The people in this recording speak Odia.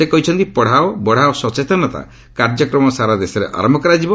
ସେ କହିଛନ୍ତି 'ପଢ଼ାଓ ବଢ଼ାଓ' ସଚେତନତା କାର୍ଯ୍ୟକ୍ରମ ସାରାଦେଶରେ ଆରମ୍ଭ କରାଯିବ